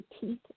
teeth